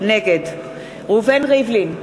נגד ראובן ריבלין,